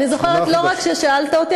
אני זוכרת לא רק ששאלת אותי,